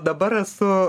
dabar esu